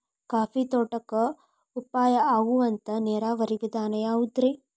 Coffee ತೋಟಕ್ಕ ಉಪಾಯ ಆಗುವಂತ ನೇರಾವರಿ ವಿಧಾನ ಯಾವುದ್ರೇ?